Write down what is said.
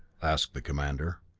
asked the commander.